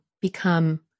become